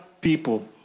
people